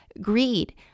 greed